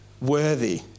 worthy